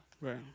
right